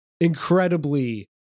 incredibly